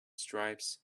stripes